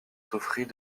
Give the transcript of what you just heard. souffrit